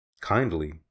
kindly